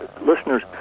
listeners